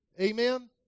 Amen